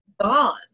Gone